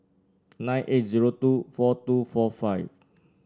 nine eight zero two four two four five